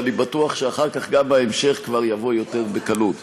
ואני בטוח שאחר כך גם ההמשך יבוא יותר בקלות.